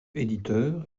éditeurs